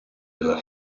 della